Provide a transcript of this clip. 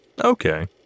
Okay